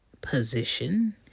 position